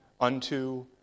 unto